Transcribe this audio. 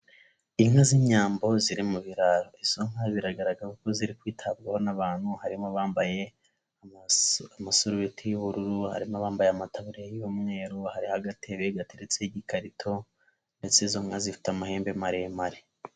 Inka z'inyambo ziri mu biraro, izo nka biragaragara ko ziri kwitabwaho n'abantu, harimo bambaye amasarubeti y'ubururu, harimo abambaye amataburiya y'umweru, hariho agatebe gateretseho ikarito ndetse izo nka zifite amahembe maremare.